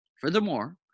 Furthermore